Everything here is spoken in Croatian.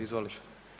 Izvolite.